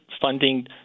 funding